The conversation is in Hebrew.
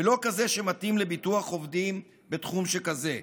ולא כזה שמתאים לביטוח עובדים בתחום שכזה.